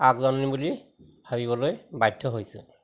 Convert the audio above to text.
আগজাননী বুলি ভাবিবলৈ বাধ্য হৈছোঁ